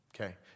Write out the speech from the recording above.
Okay